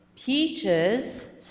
Peaches